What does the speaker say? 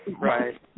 Right